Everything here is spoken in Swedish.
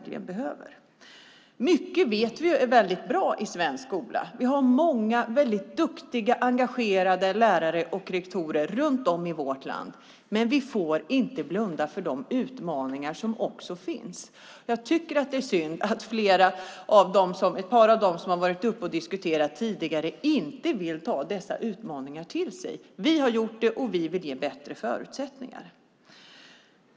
Vi vet att mycket är väldigt bra i svensk skola. Vi har många duktiga och engagerade lärare och rektorer runt om i vårt land. Men vi får inte blunda för de utmaningar som också finns. Jag tycker att det är synd att ett par av talarna som har varit uppe och diskuterat tidigare i debatten inte vill ta dessa utmaningar till sig. Vi har gjort det, och vi vill ge bättre förutsättningar.